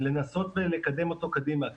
לנסות ולקדם אותו קדימה,